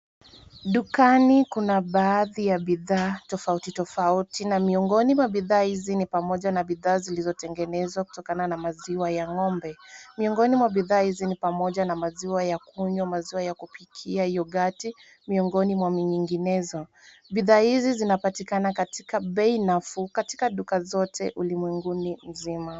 Dukani kuna baadhi ya bidhaa tofauti tofauti, na miongoni mwa bidhaa hizi ni pamoja na bidhaa zilizotengenezwa kutokana na maziwa ya ng'ombe. Miongoni mwa bidhaa hizi ni pamoja na maziwa ya kunywa, maziwa ya kupikia, yogurti , miongoni mwa minginezo. Bidhaa hizi zinapatikana katika bei nafuu, katika duka zote ulimwenguni uzima.